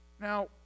Now